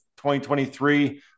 2023